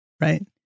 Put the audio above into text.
right